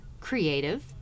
creative